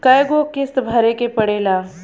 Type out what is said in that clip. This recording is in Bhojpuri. कय गो किस्त भरे के पड़ेला?